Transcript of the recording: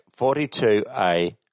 42A